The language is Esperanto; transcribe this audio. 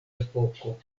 epoko